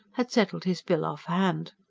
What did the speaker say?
had settled his bill off-hand.